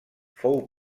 fou